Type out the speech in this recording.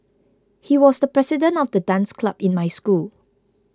he was the president of the dance club in my school